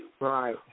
Right